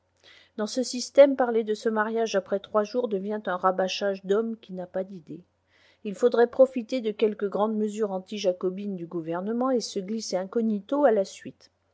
dans ce système parler de ce mariage après trois jours devient un rabâchage d'homme qui n'a pas d'idées il faudrait profiter de quelque grande mesure anti jacobine du gouvernement et se glisser incognito à la suite